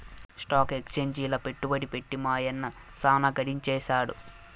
stock ఎక్సేంజిల పెట్టుబడి పెట్టి మా యన్న సాన గడించేసాడు